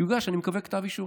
יוגש, אני מקווה, כתב אישום.